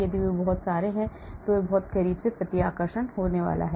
यदि वे बहुत आते हैं तो बहुत ही करीब से प्रतिकर्षण होने वाला है